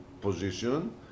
position